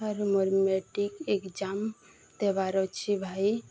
ଆରୁ ମୋର matric exam ଦେବାର ଅଛି ଭାଇ